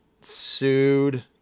sued –